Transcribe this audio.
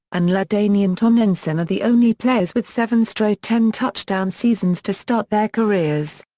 and ladainian tomlinson are the only players with seven straight ten-touchdown seasons to start their careers.